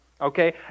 okay